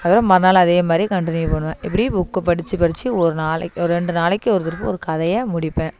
அதோடய மறு நாள் அதே மாதிரி கன்டினியூவ் பண்ணுவேன் இப்படி புக்கை படித்து படித்து ஒரு நாளைக்கு ஒரு ரெண்டு நாளைக்கு ஒரு திருப்ப ஒரு கதையை முடிப்பேன்